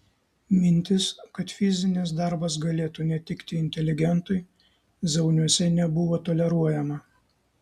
mintis kad fizinis darbas galėtų netikti inteligentui zauniuose nebuvo toleruojama